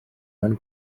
mewn